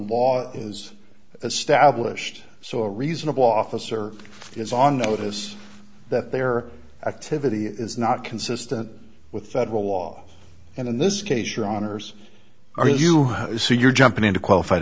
law is established so a reasonable officer is on notice that their activity is not consistent with federal law and in this case your honour's are you so you're jumping in to qualified